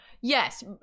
Yes